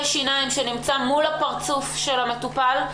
שיניים שנמצא מול הפרצוף של המטופל,